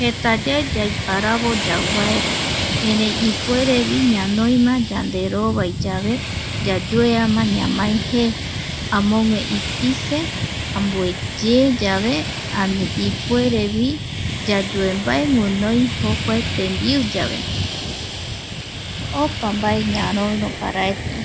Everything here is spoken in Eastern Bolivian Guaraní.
Jetayae yaiparavo yauvaera, erei ipuerevi ñanoima yanderovaiyave yayueama ñamae je, amogue ipise ambueyéyave ani ipuerevi yayumbae guinoi jokua tembiu yave(pausa) opa mbae ñarïrö paravete.